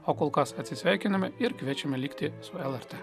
o kol kas atsisveikiname ir kviečiame likti su lrt